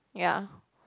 yeah